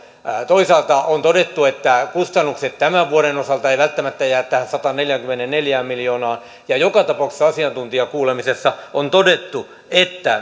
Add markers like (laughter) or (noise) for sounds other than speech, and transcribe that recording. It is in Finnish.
toisaalta on todettu että kustannukset tämän vuoden osalta eivät välttämättä jää tähän sataanneljäänkymmeneenneljään miljoonaan joka tapauksessa asiantuntijakuulemisessa on todettu että (unintelligible)